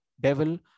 devil